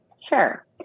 Sure